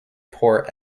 pore